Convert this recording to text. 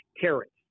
carrots